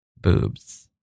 Boobs